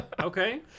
Okay